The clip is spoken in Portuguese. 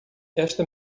esta